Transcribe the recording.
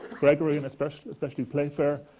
gregory and especially especially playfair,